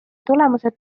tulemused